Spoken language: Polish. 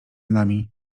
nami